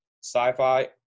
Sci-fi